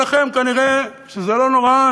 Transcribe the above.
אבל לכם כנראה זה לא נורא,